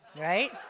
right